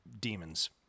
demons